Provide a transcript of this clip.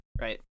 right